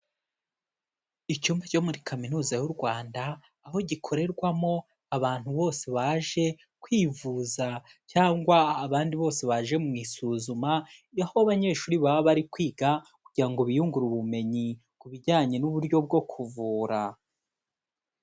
Icyumba cyo muri kaminuza y'u Rwanda, aho gikorerwamo abantu bose baje kwivuza cyangwa abandi bose baje mu isuzuma, aho abanyeshuri baba bari kwiga kugira ngo biyungurure ubumenyi ku bijyanye n'uburyo bwo kuvura.